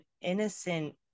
innocent